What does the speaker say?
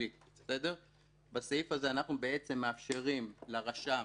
להגיד שבסעיף הזה אנחנו מאפשרים לרשם